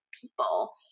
people